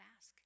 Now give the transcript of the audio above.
ask